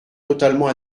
totalement